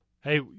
Hey